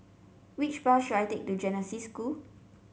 which bus should I take to Genesis School